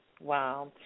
Wow